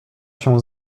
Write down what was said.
się